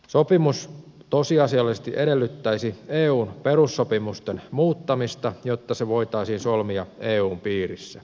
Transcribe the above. sopimus tosiasiallisesti edellyttäisi eun perussopimusten muuttamista jotta se voitaisiin solmia eun piirissä